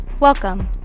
Welcome